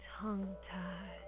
tongue-tied